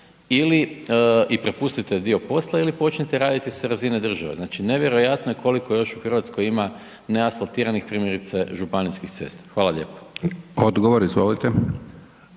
i prepustite dio posla ili počnite radit sa razine države. Znači nevjerojatno je koliko još u Hrvatskoj ima neasfaltiranih primjerice županijskih cesta. Hvala lijepa. **Hajdaš Dončić,